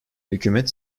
hükümet